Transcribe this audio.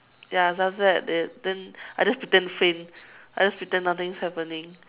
ya so after that then I just pretend faint I just pretend nothing is happening